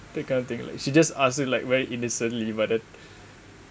that kind of thing like she just ask like very innocently but then